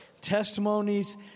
testimonies